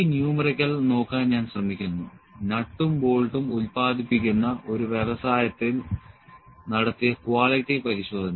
ഈ ന്യൂമെറിക്കൽ നോക്കാൻ ഞാൻ ശ്രമിക്കുന്നു നട്ടും ബോൾട്ടും ഉൽപാദിപ്പിക്കുന്ന ഒരു വ്യവസായത്തിൽ നടത്തിയ ക്വാളിറ്റി പരിശോധന